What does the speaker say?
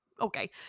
Okay